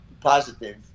positive